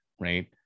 right